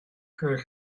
her